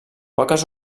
poques